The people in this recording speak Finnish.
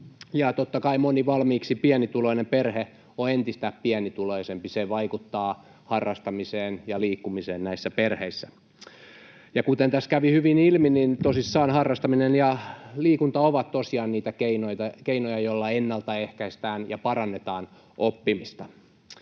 totta kai moni valmiiksi pienituloinen perhe on entistä pienituloisempi, ja se vaikuttaa harrastamiseen ja liikkumiseen näissä perheissä. Ja kuten tässä kävi hyvin ilmi, harrastaminen ja liikunta ovat tosissaan niitä keinoja, joilla ennaltaehkäistään ja parannetaan oppimista.